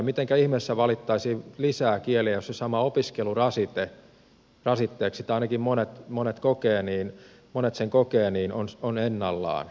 mitenkä ihmeessä valittaisiin lisää kieliä jos se sama opiskelurasite rasitteeksi ainakin monet sen kokevat on ennallaan